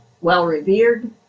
well-revered